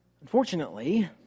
Unfortunately